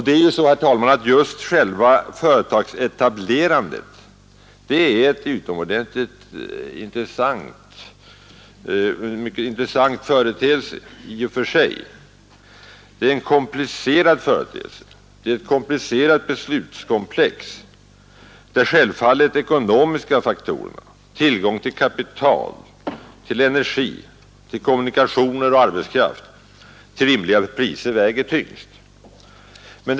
Det är ju så, herr talman, att just själva företagsetablerandet är en mycket intressant föret e i och för sig. Det är fråga om ett komplicerat problemkomplex, där självfallet de ekonomiska faktorerna, tillgången till kapital, energi, kommunikationer och arbetskraft till rimliga priser väger tyngst.